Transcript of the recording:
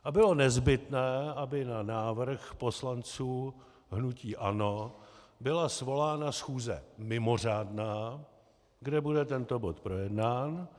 A bylo nezbytné, aby na návrh poslanců hnutí ANO byla svolána schůze mimořádná, kde bude tento bod projednán.